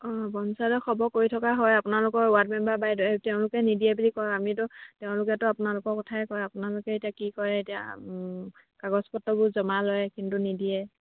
অঁ পঞ্চায়তত খবৰ কৰি থকা হয় আপোনালোকৰ ৱাৰ্ড মেম্বাৰ বাইদেউ তেওঁলোকে নিদিয়ে বুলি কয় আমিতো তেওঁলোকেতো আপোনালোকৰ কথাই কয় আপোনালোকে এতিয়া কি কৰে এতিয়া কাগজপত্ৰবোৰ জমা লয় কিন্তু নিদিয়ে